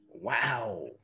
Wow